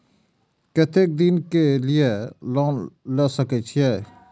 केते दिन के लिए लोन ले सके छिए?